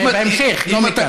בהמשך, לא מכאן.